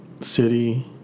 city